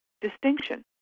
distinction